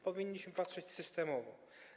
Powinniśmy patrzeć systemowo.